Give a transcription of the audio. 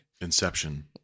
Inception